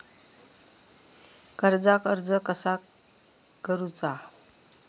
कर्जाक अर्ज कसा करुचा?